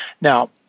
Now